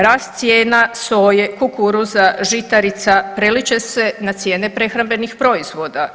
Rast cijena soje, kukuruza, žitarica prelit će se na cijene prehrambenih proizvoda.